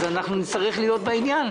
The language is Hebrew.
אז אנחנו נצטרך להיות בעניין,